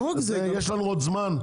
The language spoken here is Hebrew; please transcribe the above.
מאוד מסוכן,